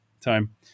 time